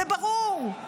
זה ברור.